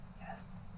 Yes